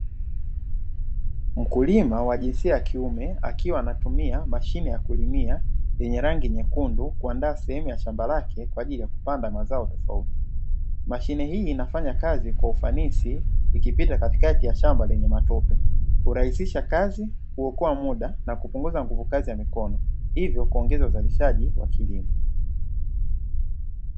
Mkulima wa jinsia ya kiume akiwa anatumia mashine ya kulimia yenye rangi nyekundu kuandaa sehemu ya shamba lake kwa ajili ya kupanda mazao tofauti. Mashine hii inafanya kazi kwa ufanisi ikipita katikati ya shamba lenye matope, hurahisisha kazi huokoa muda na kupunguza nguvu kazi ya mikono. Hivyo kuongeza uzalishaji wa kilimo.